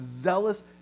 zealous